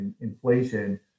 inflation